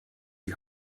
die